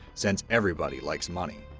since everybody likes money.